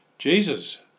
Jesus